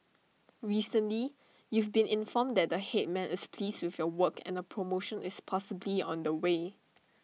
recently you've been informed that the Headman is pleased with your work and A promotion is possibly on the way